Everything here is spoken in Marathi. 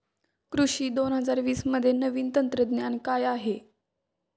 कृषी दोन हजार वीसमध्ये नवीन तंत्रज्ञान काय आहे?